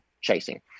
chasing